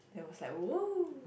then was like wow